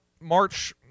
March